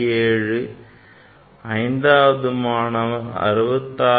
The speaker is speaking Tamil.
67 ஐந்தாவது மாணவன் 66